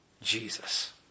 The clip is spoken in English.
Jesus